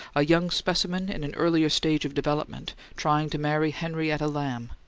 a young specimen in an earlier stage of development, trying to marry henrietta lamb,